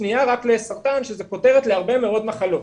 שנייה רק לסרטן שזו כותרת להרבה מאוד מחלות.